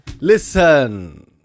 Listen